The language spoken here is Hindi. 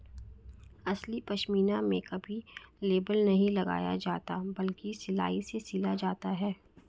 असली पश्मीना में कभी लेबल नहीं लगाया जाता बल्कि सिलाई से सिला जाता है